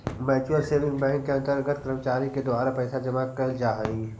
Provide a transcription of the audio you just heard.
mutual saving bank के अंतर्गत कर्मचारी के द्वारा पैसा जमा कैल जा हइ